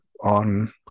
on